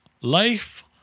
life